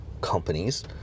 companies